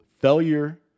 Failure